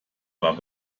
war